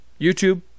YouTube